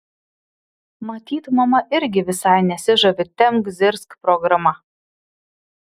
matyt mama irgi visai nesižavi tempk zirzk programa